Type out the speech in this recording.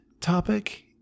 topic